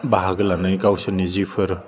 बाहागो लानाय गावसोरनि जिफोर